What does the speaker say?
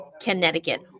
Connecticut